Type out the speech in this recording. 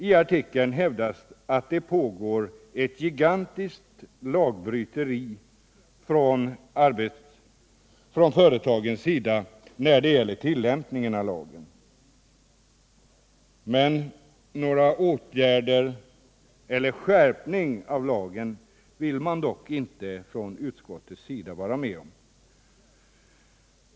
I artikeln hävdas att det pågår ett gigantiskt lagbryteri från företagens sida när det gäller tillämpningen av lagen, men några åtgärder mot detta eller någon skärpning av lagen vill utskottet inte vara med om.